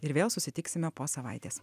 ir vėl susitiksime po savaitės